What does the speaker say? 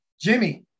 Jimmy